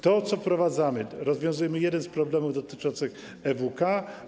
To, co wprowadzamy, rozwiązuje jeden z problemów dotyczących EWK.